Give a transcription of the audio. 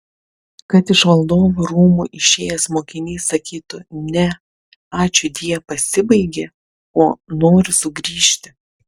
kad iš valdovų rūmų išėjęs mokinys sakytų ne ačiūdie pasibaigė o noriu sugrįžti